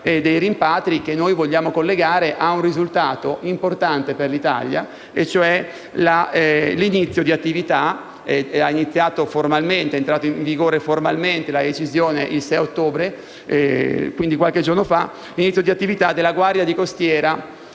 dei rimpatri, che noi vogliamo collegare ad un risultato importante per l'Italia e cioè l'inizio di attività, entrata in vigore